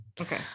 Okay